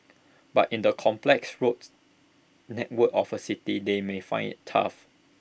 but in the complex roads network of A city they may find IT tough